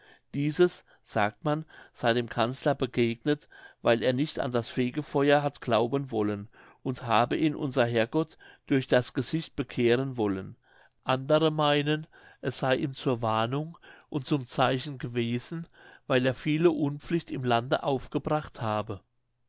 dieses sagt man sey dem kanzler begegnet weil er nicht an das fegefeuer hat glauben wollen und habe ihn unser herr gott durch das gesicht bekehren wollen andere meinen es sey ihm zur warnung und zum zeichen gewesen weil er viele unpflicht im lande aufgebracht habe